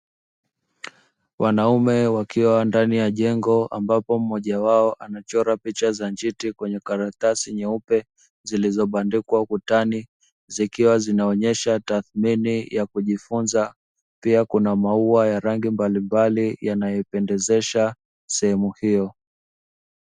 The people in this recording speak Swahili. Wanaume wakiwa ndani ya jengo ambapo mmoja wao anachora picha za njiti kwenye karatasi nyeupe zilizobandikwa ukutani, zikiwa zinaonesha tathimini ya kujifunza pia kuna maua ya rangi mbalimbali yanayo pendezesha sehemu hiyo.